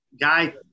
Guy